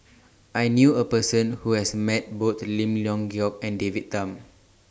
I knew A Person Who has Met Both Lim Leong Geok and David Tham